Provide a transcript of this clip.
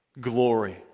Glory